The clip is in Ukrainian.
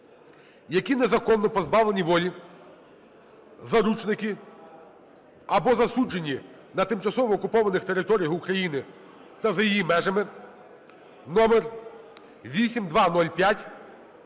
які незаконно позбавлені волі, заручники, або засуджені на тимчасово окупованих територіях України та за її межами (№ 8205)